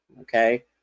okay